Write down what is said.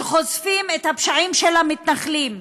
שחושפים את הפשעים של המתנחלים,